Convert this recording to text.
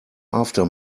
after